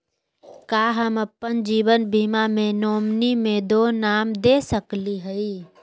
का हम अप्पन जीवन बीमा के नॉमिनी में दो नाम दे सकली हई?